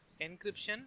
encryption